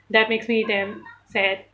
that makes me damn sad